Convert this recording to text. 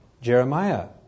Jeremiah